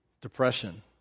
depression